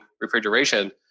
refrigeration